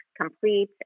complete